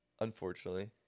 unfortunately